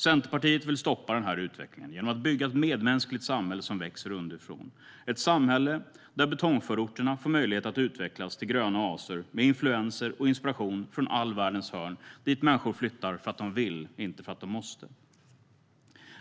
Centerpartiet vill stoppa den här utvecklingen genom att bygga ett medmänskligt samhälle som växer underifrån, ett samhälle där betongförorterna får möjlighet att utvecklas till gröna oaser med influenser och inspiration från all världens hörn dit människor flyttar för att de vill och inte för att de måste.